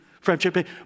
friendship